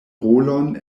rolon